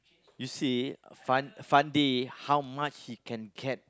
you see uh Fan~ Fandi how much he can get